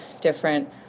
different